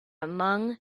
among